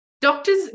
Doctors